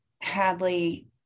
Hadley